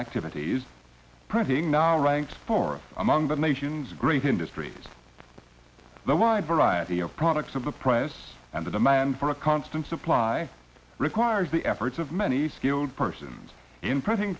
activities printing now ranks for among the nations great industries the wide variety of products of the press and the demand for a constant supply requires the efforts of many skilled persons i